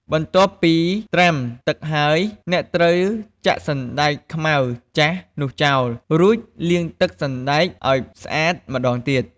បន្ទាប់ពីត្រាំទឹកហើយ អ្នកត្រូវចាក់ទឹកសណ្ដែកខ្មៅចាស់នោះចោល រួចលាងទឹកសណ្ដែកឱ្យស្អាតម្ដងទៀត។